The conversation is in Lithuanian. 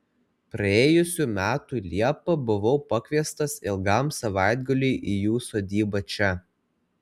praėjusių metų liepą buvau pakviestas ilgam savaitgaliui į jų sodybą čia